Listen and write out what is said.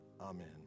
Amen